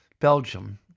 Belgium